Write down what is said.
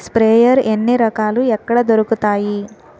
Sprayer ఎన్ని రకాలు? ఎక్కడ దొరుకుతాయి?